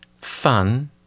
fun